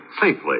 safely